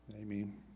Amen